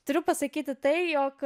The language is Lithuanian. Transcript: turiu pasakyti tai jog